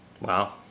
Wow